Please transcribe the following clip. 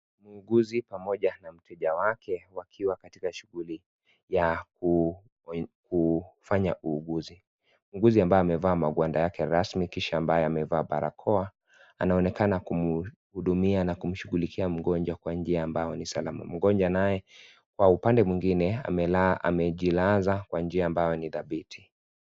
Mwuguzi pamoja na mteja wake wakiwa katika shughuli ya kufanya uguzi, mwuguzi ambaye amevaa makwanda yake rasmi kisha ambaye amevaa barakoa anaonekana kumhudumia na kumshughukia mgonjwa kwa njia ambayo ni salamau. Mgonjwa naye kwa upende mwingine amejilaza kwa njia ambayo ni tabiti.